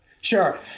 Sure